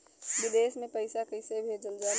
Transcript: विदेश में पैसा कैसे भेजल जाला?